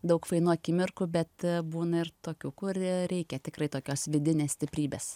daug fainų akimirkų bet būna ir tokių kur reikia tikrai tokios vidinės stiprybės